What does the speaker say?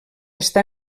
està